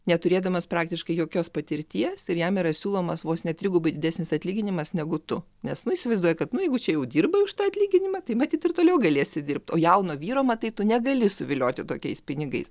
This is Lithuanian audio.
neturėdamas praktiškai jokios patirties ir jam yra siūlomas vos ne trigubai didesnis atlyginimas negu tu nes nu įsivaizduoja kad jeigu čia jau dirbai už tą atlyginimą tai matyt ir toliau galėsi dirbt o jauno vyro matai tu negali suvilioti tokiais pinigais